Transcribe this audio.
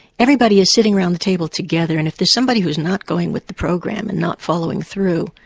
everybody is sitting around the table together, and if there's somebody who's not going with the program and not following through,